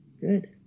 good